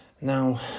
Now